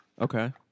Okay